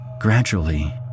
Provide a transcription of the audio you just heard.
Gradually